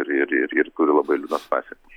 ir ir ir ir turi labai liūdnas pasekmes